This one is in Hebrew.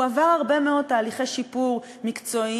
הוא עבר הרבה מאוד תהליכי שיפור מקצועיים,